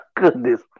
goodness